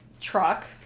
truck